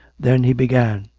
then he began.